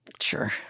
Sure